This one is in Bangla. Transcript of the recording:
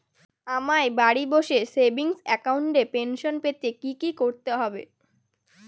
আমায় বাড়ি বসে সেভিংস অ্যাকাউন্টে পেনশন পেতে কি কি করতে হবে?